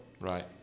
Right